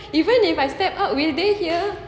even if I step up will they hear